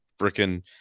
freaking